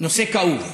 נושא כאוב.